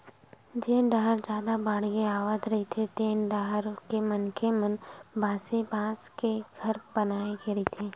जेन डाहर जादा बाड़गे आवत रहिथे तेन डाहर के मनखे मन बासे बांस के घर बनाए के रहिथे